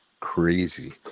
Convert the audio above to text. Crazy